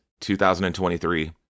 2023